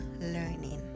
learning